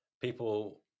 people